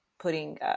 putting